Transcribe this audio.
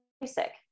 basic